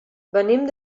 venim